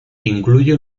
incluye